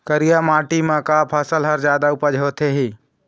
करिया माटी म का फसल हर जादा उपज होथे ही?